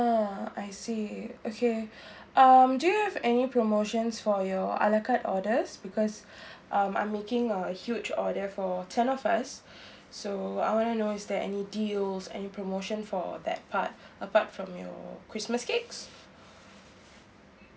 oh I see okay um do you have any promotions for your a la carte orders because um I'm making a huge for ten of us so I went to know is there any deals any promotion for that part apart from your christmas cakes